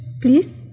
please